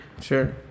Sure